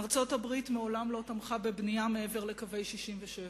ארצות-הברית מעולם לא תמכה בבנייה מעבר לקווי 67',